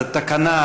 זו תקנה?